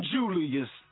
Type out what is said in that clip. Julius